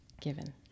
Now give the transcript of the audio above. given